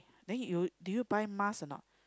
then you do you buy mask or not